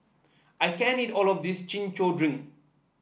I can't eat all of this Chin Chow Drink